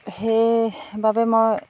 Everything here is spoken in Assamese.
সেইবাবে মই